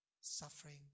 Suffering